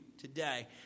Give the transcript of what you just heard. today